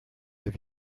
have